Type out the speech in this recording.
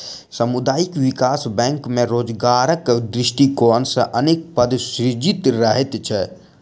सामुदायिक विकास बैंक मे रोजगारक दृष्टिकोण सॅ अनेक पद सृजित रहैत छै